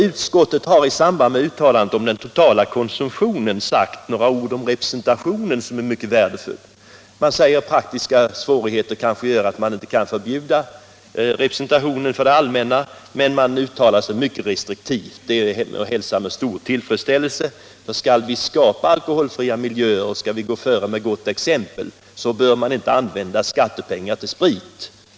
Utskottet har i samband med uttalandet om den totala konsumtionen sagt några som jag tycker mycket värdefulla ord om representationsdrickandet. Man säger exempelvis att praktiska svårigheter kanske gör att man inte kan förbjuda alkohol i samband med representation, men man uttalar sig mycket restriktivt, vilket jag hälsar med stor tillfredsställelse. Skall vi skapa alkoholfria miljöer bör vi föregå med gott exempel och inte använda skattepengar till sprit.